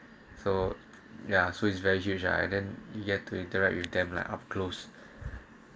so ya so it's very huge I then you get to interact with them like up close